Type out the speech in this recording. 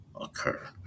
occur